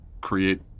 create